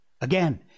Again